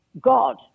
God